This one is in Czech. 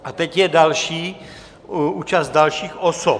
A teď je další účast dalších osob.